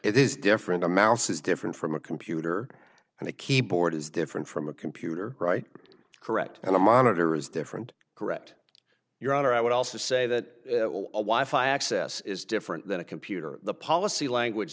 it is different a mouse is different from a computer and the keyboard is different from a computer right correct and the monitor is different correct your honor i would also say that a wife i access is different than a computer the policy language